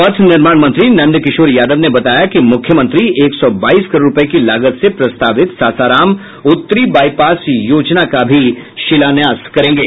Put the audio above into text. पथ निर्माण मंत्री नंद किशोर यादव ने बताया कि मुख्यमंत्री एक सौ बाईस करोड़ रूपये की लागत से प्रस्तावित सासाराम उत्तरी बाईपास योजना का भी शिलान्यास करेंगे